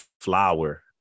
flower